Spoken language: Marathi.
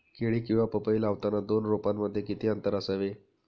केळी किंवा पपई लावताना दोन रोपांमध्ये किती अंतर असावे?